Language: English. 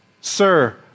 Sir